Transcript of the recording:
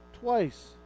twice